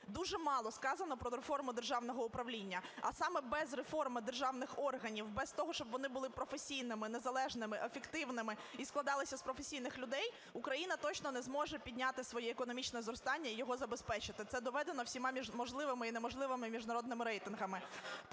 дуже мало сказано про реформу державного управління. А саме без реформи державних органів, без того, щоб вони були професійними, незалежними, ефективними і складалися з професійних людей, Україна точно не зможе підняти своє економічне зростання і його забезпечити. Це доведено всіма можливими і неможливими міжнародними рейтингами.